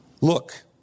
Look